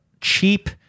cheap